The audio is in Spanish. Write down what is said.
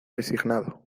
resignado